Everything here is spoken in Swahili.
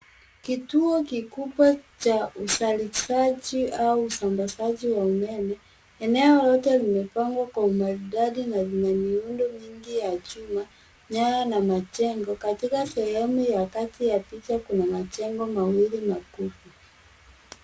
Kituo kikubwa cha uzalishaji au usambazaji wa umeme. Eneo lote limepangwa kwa umaridadi na lenye mirundo mingi ya jua nyaya na majengo katika sehemu ya kati ya picha kwenye majengo mawili makubwa.